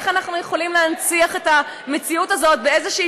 איך אנחנו יכולים להנציח את המציאות הזאת באיזושהי